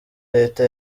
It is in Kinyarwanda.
leta